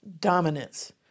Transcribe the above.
dominance